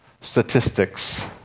statistics